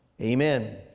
Amen